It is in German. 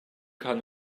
kann